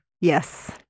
Yes